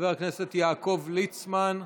חבר הכנסת יעקב ליצמן,